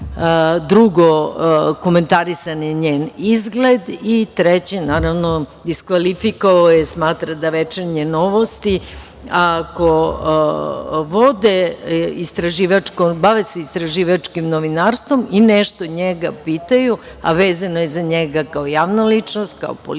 Drugo, komentarisan je njen izgled i treće, naravno, diskvalifikovao je jer smatra da „Večernje novosti“, ako se bave istraživačkim novinarstvom i nešto njega pitaju, a vezano je za njega, kao javnu ličnost, kao političara,